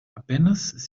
apenas